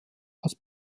als